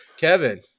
Kevin